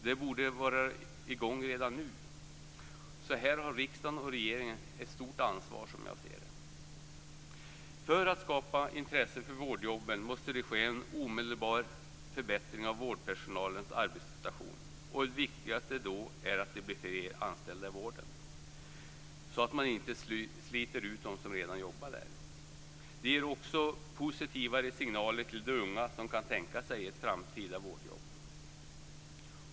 De borde vara i gång redan nu. Här har riksdagen och regeringen ett stort ansvar, som jag ser det. Det måste ske en omedelbar förbättring av vårdpersonalens arbetssituation för att skapa intresse för vårdjobben. Det viktigaste är att det blir fler anställda i vården, så att man inte sliter ut dem som redan jobbar där. Det ger också positivare signaler till de unga som kan tänka sig ett framtida vårdjobb.